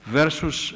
versus